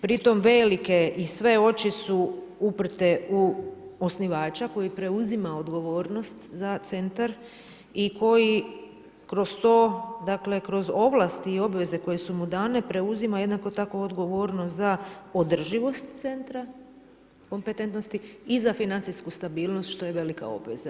Pritom velike i sve oči su uprte u osnivača koji preuzima odgovornost za centar i koji kroz to, dakle kroz ovlasti i obveze koje su mu dane preuzima jednako tako odgovornost za održivost centra kompetentnosti i za financijsku stabilnost što je velika obveza.